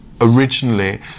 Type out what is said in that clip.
originally